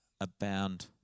abound